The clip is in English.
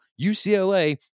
UCLA